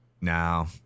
Now